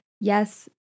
yes